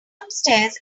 upstairs